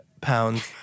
pounds